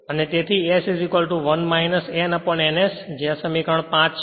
અને તેથીs 1 n ns જે આ સમીકરણ 5 છે